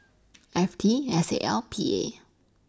F T S A L P A